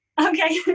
Okay